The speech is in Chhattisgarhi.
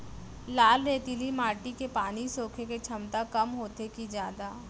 लाल रेतीली माटी के पानी सोखे के क्षमता कम होथे की जादा?